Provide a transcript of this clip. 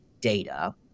data